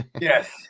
Yes